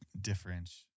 difference